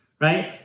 Right